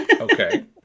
Okay